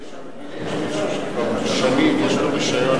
יש מישהו שכבר שנים יש לו רשיון,